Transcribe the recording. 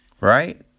Right